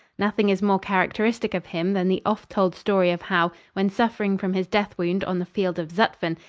nothing is more characteristic of him than the oft-told story of how, when suffering from his death-wound on the field of zutphen,